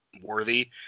worthy